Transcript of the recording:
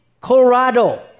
Colorado